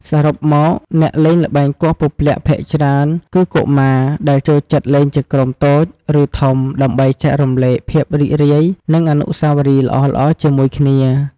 សរុបមក អ្នកលេងល្បែងគោះពព្លាក់ភាគច្រើនគឺកុមារ ដែលចូលចិត្តលេងជាក្រុមតូច ឬធំ ដើម្បីចែករំលែកភាពរីករាយ និងអនុស្សាវរីយ៍ល្អៗជាមួយគ្នា។